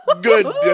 Good